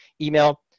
email